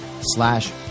slash